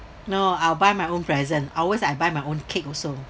no I'll buy my own present or worst I'll buy my own cake also